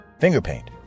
Fingerpaint